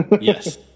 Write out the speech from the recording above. Yes